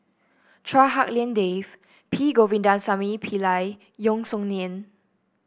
Chua Hak Lien Dave P Govindasamy Pillai Yeo Song Nian